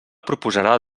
proposarà